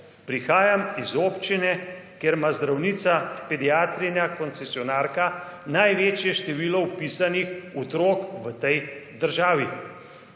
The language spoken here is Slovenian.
Prihajam iz občine, kjer ima zdravnica, pediatrinja, koncesionarka, največji število vpisanih otrok v tej državi.